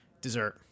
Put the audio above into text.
Dessert